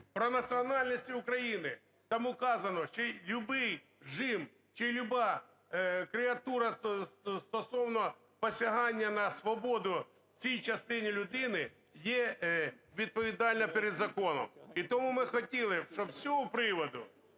про національності України. Там указано, що любий жим чи люба креатура стосовно посягання на свободу в цій частині людини є відповідальне перед законом. І тому ми хотіли б, щоб з цього приводу